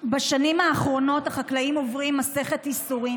בשנים האחרונות החקלאים עוברים מסכת ייסורים